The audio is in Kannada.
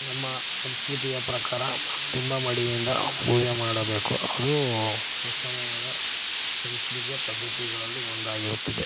ನಮ್ಮ ಸಂಸ್ಕೃತಿಯ ಪ್ರಕಾರ ತುಂಬ ಮಡಿಯಿಂದ ಪೂಜೆ ಮಾಡಬೇಕು ಅದು ಉತ್ತಮವಾದ ಸಂಸ್ಕೃತಿಯ ಪದ್ಧತಿಗಳಲ್ಲಿ ಒಂದಾಗಿರುತ್ತದೆ